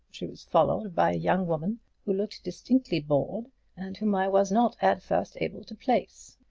she was followed by a young woman who looked distinctly bored and whom i was not at first able to place.